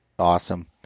Awesome